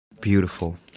Beautiful